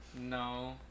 No